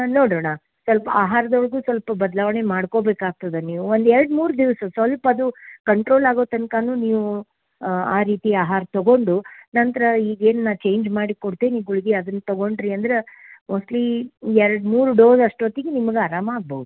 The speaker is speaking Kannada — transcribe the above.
ನೋಡೋಣ ಸ್ವಲ್ಪ್ ಆಹಾರದೊಳಗೂ ಸ್ವಲ್ಪ ಬದಲಾವಣೆ ಮಾಡ್ಕೋಬೇಕಾಗ್ತದೆ ನೀವು ಒಂದು ಎರಡು ಮೂರು ದಿವಸ ಸ್ವಲ್ಪ ಅದು ಕಂಟ್ರೋಲ್ ಆಗೋ ತನಕನು ನೀವು ಆ ರೀತಿ ಆಹಾರ ತಗೊಂಡು ನಂತರ ಈಗೇನು ನಾ ಚೇಂಜ್ ಮಾಡಿಕೊಡ್ತೇನೆ ಗುಳ್ಗೆ ಅದನ್ನ ತಗೊಂಡಿರಿ ಅಂದ್ರೆ ಮೋಸ್ಟ್ಲಿ ಎರಡು ಮೂರು ಡೋಸ್ ಅಷ್ಟೊತ್ತಿಗೆ ನಿಮಗೆ ಆರಾಮ ಆಗ್ಬೌದು